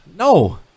No